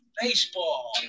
baseball